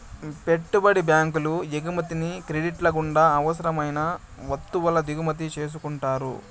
పెట్టుబడి బ్యాంకులు ఎగుమతిని క్రెడిట్ల గుండా అవసరం అయిన వత్తువుల దిగుమతి చేసుకుంటారు